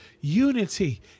Unity